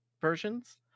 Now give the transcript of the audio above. versions